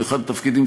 לאחד התפקידים,